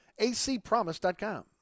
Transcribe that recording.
ACpromise.com